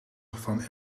van